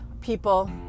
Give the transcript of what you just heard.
people